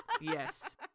Yes